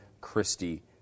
Christie